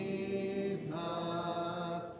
Jesus